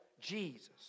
Jesus